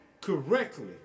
correctly